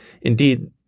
Indeed